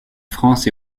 france